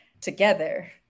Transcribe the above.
together